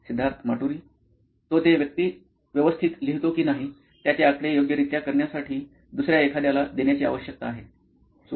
सिद्धार्थ माटुरी मुख्य कार्यकारी अधिकारी नॉइन इलेक्ट्रॉनिक्स तो ते व्यवस्थित लिहितो की नाही त्याचे आकडे योग्यरित्या करण्यासाठी दुसर्या एखाद्याला देण्याची आवश्यकता आहे